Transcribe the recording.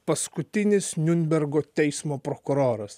paskutinis niurnbergo teismo prokuroras